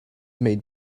made